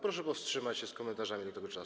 Proszę powstrzymać się z komentarzami do tego czasu.